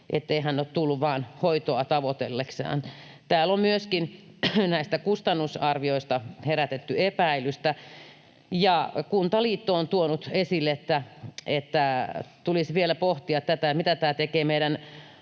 ettei hän ole tullut vain hoitoa tavoitellakseen? Täällä on myöskin näistä kustannusarvioista herätetty epäilystä, ja Kuntaliitto on tuonut esille, että tulisi vielä pohtia, mitä tämä tekee meidän